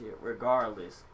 Regardless